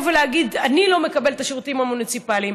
ולהגיד: אני לא מקבל את השירותים המוניציפליים,